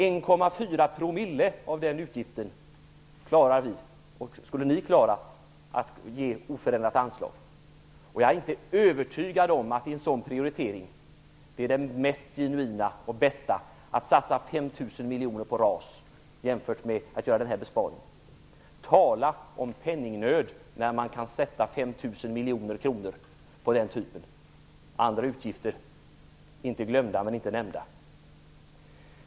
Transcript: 1,4 % av den utgiften innebär det att ge oförändrat anslag. Det klarar vi - och det skulle ni också göra. Jag är inte övertygad om att det är bättre att satsa 5 000 miljoner på RAS än att avstå från att göra den här besparingen. Tala om penningnöd, när man kan lägga 5 000 miljoner kronor på den typen av åtgärder - andra utgifter, inte glömda men inte heller nämnda.